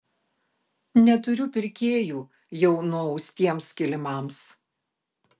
neturiu pirkėjų jau nuaustiems kilimams